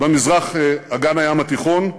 במזרח אגן הים התיכון,